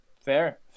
fair